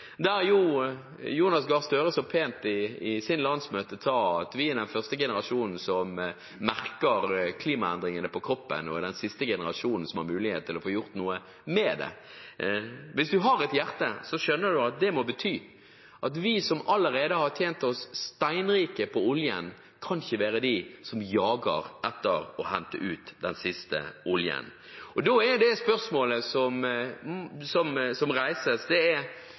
der, ikke er en næring for framtiden. Og hvis man har et hjerte og ser rundt seg på klimaendringene og hvordan de slår ut for folk over hele verden – Jonas Gahr Støre sa jo så pent på sitt landsmøte at vi er den første generasjonen som merker klimaendringene på kroppen, og den siste generasjonen som har mulighet til å få gjort noe med det – skjønner man at det må bety at vi som allerede har tjent oss steinrike på oljen, ikke kan være de som jager etter å hente ut den